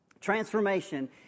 Transformation